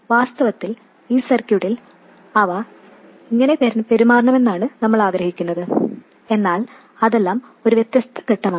വാസ്തവത്തിൽ ഈ സർക്യൂട്ടിൽ അവ ഇങ്ങനെ പെരുമാറണമെന്നാണ് നമ്മൾ ആഗ്രഹിക്കുന്നത് എന്നാൽ അതെല്ലാം ഒരു വ്യത്യസ്ത ഘട്ടമാണ്